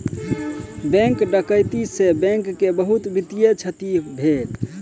bank डकैती से bank के बहुत वित्तीय क्षति भेल